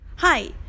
Hi